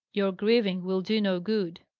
your grieving will do no good.